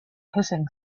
hissing